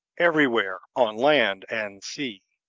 everywhere on land and sea,